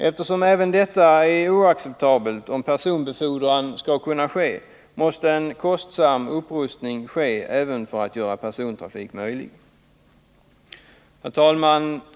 Eftersom detta är oacceptabelt om banan skall utnyttjas för personbefordran, måste en kostsam upprustning ske även för att göra persontrafik möjlig. Herr talman!